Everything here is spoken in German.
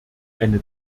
eine